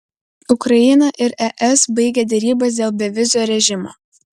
ukraina ir es baigė derybas dėl bevizio režimo